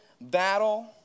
battle